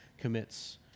commits